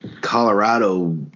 Colorado